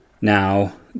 Now